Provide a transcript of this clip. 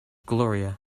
gloria